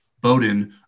Bowden –